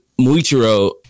Muichiro